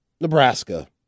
Nebraska